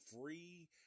free